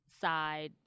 side